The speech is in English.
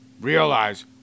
realize